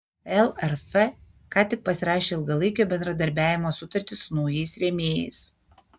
lrf ką tik pasirašė ilgalaikio bendradarbiavimo sutartį su naujais rėmėjais